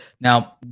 Now